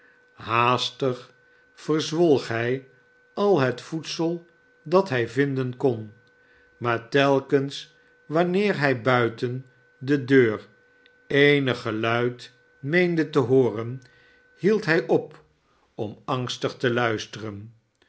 haastig verzwolg hij al het voedsel dat hij vinden kon maar telkens wanneer hij buiten de deur eenig geluid meende te hooren hield hij op om angstig te hiisteren